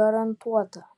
garantuota